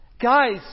Guys